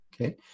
okay